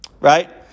right